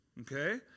Okay